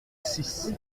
six